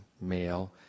male